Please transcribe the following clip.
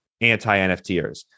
anti-NFTers